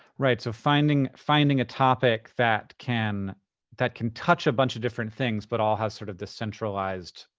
right. so finding finding a topic that can that can touch a bunch of different things, but all have sort of the centralized,